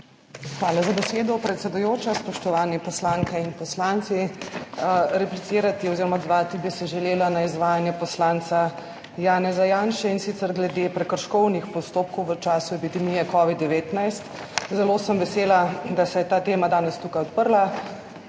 Hvala za besedo, predsedujoča. Spoštovani poslanke in poslanci! Replicirati oziroma odzvati bi se želela na izvajanje poslanca Janeza Janše, in sicer glede prekrškovnih postopkov v času epidemije covida-19. Zelo sem vesela, da se je ta tema danes tu odprla,